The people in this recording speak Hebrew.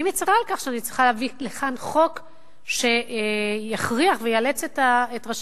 אני מצרה על כך שאני צריכה להביא לכאן חוק שיכריח ויאלץ את ראשי